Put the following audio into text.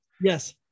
yes